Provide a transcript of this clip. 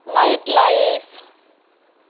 night life